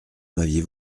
m’aviez